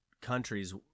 countries